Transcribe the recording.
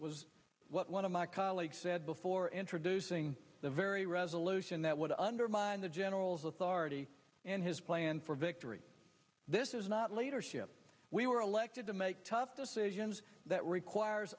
was one of my colleagues said before introducing the very resolution that would undermine the general's authority and his plan for victory this is not leadership we were elected to make tough decisions that requires